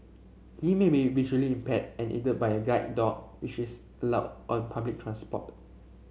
he may be visually impaired and aided by a guide dog which is allowed on public transport